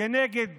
כנגד